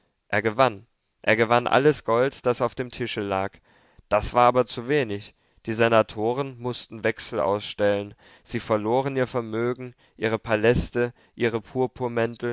er gewann er gewann alles gold das auf dem tische lag das war aber zu wenig die senatoren mußten wechsel ausstellen sie verloren ihr vermögen ihre paläste ihre